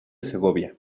segovia